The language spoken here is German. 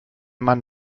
man